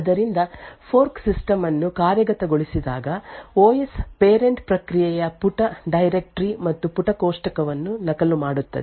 ಆದ್ದರಿಂದ fork system ಅನ್ನು ಕಾರ್ಯಗತಗೊಳಿಸಿದಾಗ ಓ ಯಸ್ ಪೇರೆಂಟ್ ಪ್ರಕ್ರಿಯೆಯ ಪುಟ ಡೈರೆಕ್ಟರಿ ಮತ್ತು ಪುಟ ಕೋಷ್ಟಕವನ್ನು ನಕಲು ಮಾಡುತ್ತದೆ